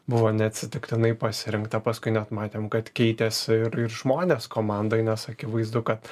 buvo neatsitiktinai pasirinkta paskui net matėm kad keitėsi ir ir žmonės komandoj nes akivaizdu kad